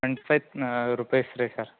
rupees ರೀ sir